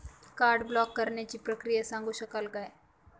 Card block करण्याची प्रक्रिया सांगू शकाल काय?